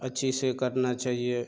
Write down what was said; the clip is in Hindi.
अच्छी से करना चाहिए